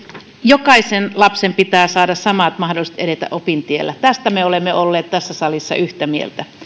jokaisen lapsen pitää saada samat mahdollisuudet edetä opintiellä tästä me olemme olleet tässä salissa yhtä mieltä